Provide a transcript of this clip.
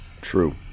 True